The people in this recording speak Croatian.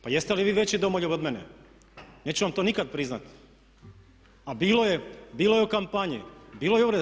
Pa jeste li vi veći domoljub od mene, neću vam to nikad priznati, a bilo je u kampanji, bilo je uvreda.